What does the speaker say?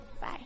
Bye